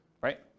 right